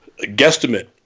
guesstimate